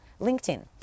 LinkedIn